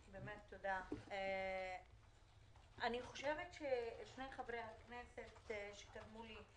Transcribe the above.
אני חושבת ששני חברי הכנסת שקדמו לי,